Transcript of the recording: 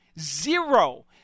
Zero